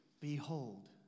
behold